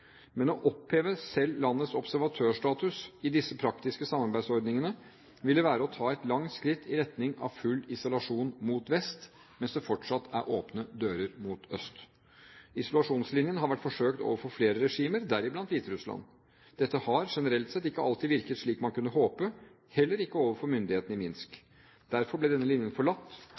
Men å oppheve selv landets observatørstatus i disse praktiske samarbeidsordningene vil være å ta et langt skritt i retning av full isolasjon mot vest, mens det fortsatt er åpne dører mot øst. Isolasjonslinjen har vært forsøkt overfor flere regimer – deriblant Hviterussland. Dette har, generelt sett, ikke alltid virket slik man kunne håpe, heller ikke overfor myndighetene i Minsk. Derfor ble denne linjen forlatt,